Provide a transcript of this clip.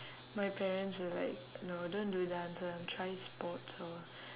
my parents were like no don't do dance lah try sports or